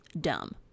dumb